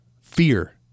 Fear